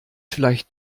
vielleicht